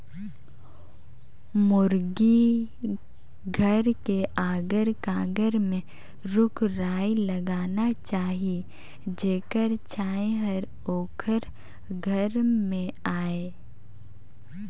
मुरगी घर के अगर कगर में रूख राई लगाना चाही जेखर छांए हर ओखर घर में आय